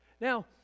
now